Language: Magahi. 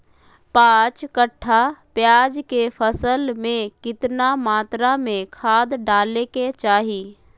पांच कट्ठा प्याज के फसल में कितना मात्रा में खाद डाले के चाही?